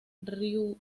ryukyu